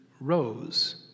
rose